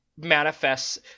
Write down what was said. manifests